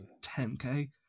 10k